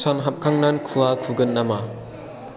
सान हाबखांना खुवा खुगोन नामा